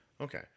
okay